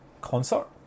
concert